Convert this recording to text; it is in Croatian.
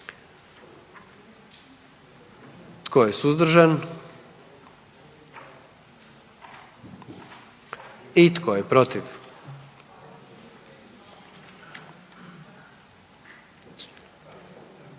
Tko je suzdržan? I tko je protiv?